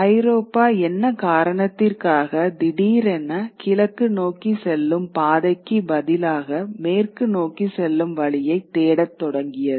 ஐரோப்பா என்ன காரணத்திற்காக திடீரென கிழக்கு நோக்கி செல்லும் பாதைக்கு பதிலாக மேற்கு நோக்கி செல்லும் வழியைத் தேடத் தொடங்கியது